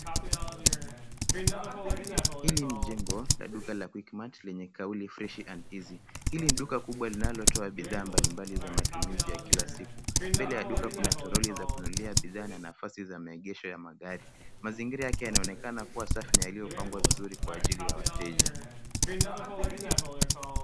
Hili ni jengo la duka la Quick Mart lenye kauli fresh and easy . Hili ni duka kubwa linalotoa bidhaa mbalimbali za matumizi ya kila siku. Mbele ya duka kuna toroli za kununulia bidhaa na nafasi ya maegesho ya magari. Mazingira yake yanaonekana kuwa safi na yaliyopangwa vizuri kwa ajili ya wateja.